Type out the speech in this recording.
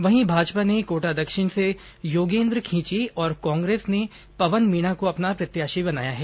वहीं भाजपा र्न कोटा दक्षिण से योगेन्द्र खींची और कांग्रेस ने पवन मीणा को अपना प्रत्याशी बनाया है